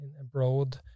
abroad